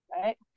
Right